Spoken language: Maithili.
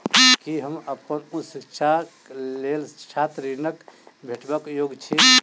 की हम अप्पन उच्च शिक्षाक लेल छात्र ऋणक भेटबाक योग्य छी?